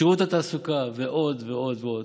שירות התעסוקה ועוד ועוד ועוד.